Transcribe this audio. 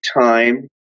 time